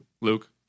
Luke